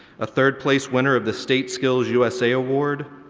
a third place winner of the state skills usa award,